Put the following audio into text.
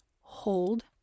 hold